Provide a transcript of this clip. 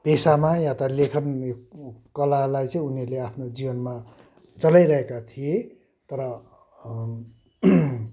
पेसामा या त लेखन कलालाई चाहिँ उनीहरूले चाहिँ आफ्नो जीवनमा चलाइरहेका थिए तर